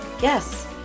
Yes